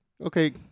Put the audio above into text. Okay